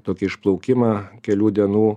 tokį išplaukimą kelių dienų